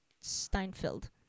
Steinfeld